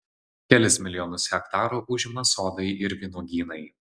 kelis milijonus hektarų užima sodai ir vynuogynai